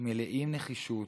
מלאים נחישות,